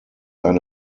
eine